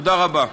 תודה רבה.